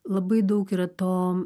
labai daug yra to